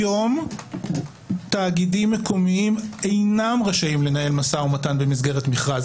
היום תאגידים מקומיים אינם רשאים לנהל משא ומתן במסגרת מכרז,